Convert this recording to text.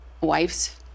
wife's